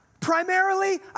primarily